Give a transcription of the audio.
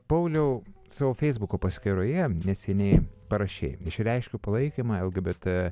pauliau savo feisbuko paskyroje neseniai parašei išreiškei palaikymą lgbt